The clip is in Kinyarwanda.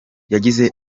yagize